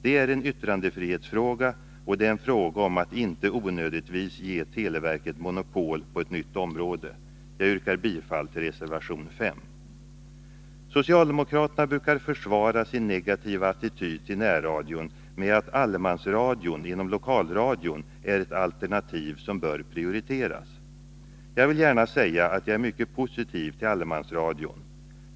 Det är en yttrandefrihetsfråga, och det är fråga om att inte onödigtvis ge televerket monopol på ett nytt område. Jag yrkar bifall till reservation 5. Socialdemokraterna brukar försvara sin negativa attityd till närradion med att allemansradion inom lokalradion är ett alternativ som bör prioriteras. Jag vill gärna säga att jag är mycket positiv till allemansradion.